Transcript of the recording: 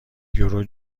یورو